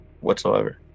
whatsoever